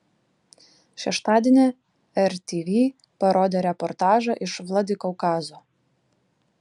šeštadienį rtv parodė reportažą iš vladikaukazo